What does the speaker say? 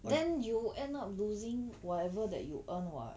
then you end up losing whatever that you earn [what]